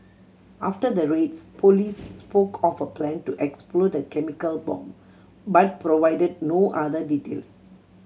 after the raids police spoke of a plan to explode a chemical bomb but provided no other details